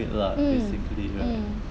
mmhmm